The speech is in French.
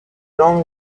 land